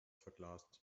verglast